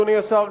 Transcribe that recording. אדוני השר,